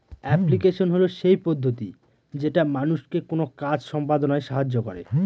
application হল সেই পদ্ধতি যেটা মানুষকে কোনো কাজ সম্পদনায় সাহায্য করে